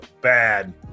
bad